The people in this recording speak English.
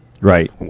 Right